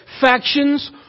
factions